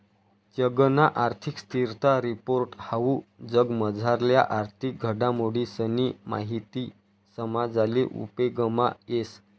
जगना आर्थिक स्थिरता रिपोर्ट हाऊ जगमझारल्या आर्थिक घडामोडीसनी माहिती समजाले उपेगमा येस